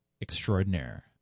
extraordinaire